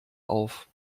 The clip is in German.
auf